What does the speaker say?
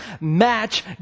match